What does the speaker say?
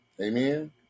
Amen